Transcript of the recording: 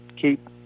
keep